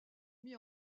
mis